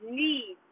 need